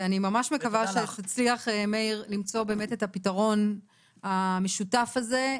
ואני ממש מקווה שתצליח מאיר למצוא באמת את הפתרון המשותף הזה.